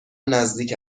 نزدیک